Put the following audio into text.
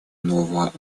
нового